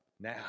now